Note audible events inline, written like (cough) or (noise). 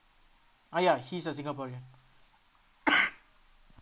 uh ya he's a singaporean (coughs)